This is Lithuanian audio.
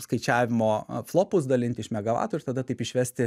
skaičiavimo flopus dalinti iš megavatų ir tada taip išvesti